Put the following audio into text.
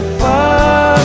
far